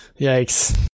yikes